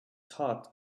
hot